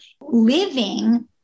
living